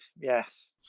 Yes